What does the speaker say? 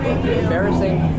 Embarrassing